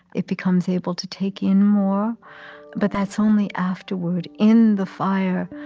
it becomes able to take in more but that's only afterward. in the fire,